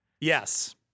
Yes